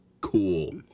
cool